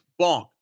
bonk